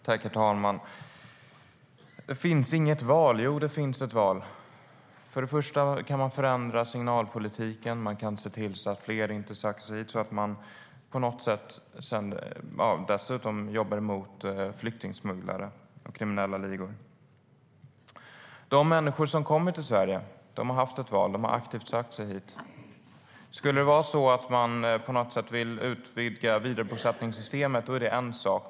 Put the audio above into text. Herr talman! Det finns inget val. Jo, det finns ett val. Till att börja med kan man förändra signalpolitiken. Man kan se till att fler inte söker sig hit och dessutom jobba mot flyktingsmugglare och kriminella ligor.De människor som kommer till Sverige har haft ett val. De har aktivt sökt sig hit. Skulle det vara så att man på något sätt vill utvidga vidarebosättningssystemet är det en sak.